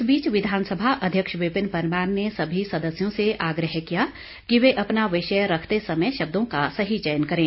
इस बीच विधानसभा अध्यक्ष विपिन परमार ने सभी सदस्यों से आग्रह किया कि वे अपना विषय रखते समय शब्दों का सही चयन करें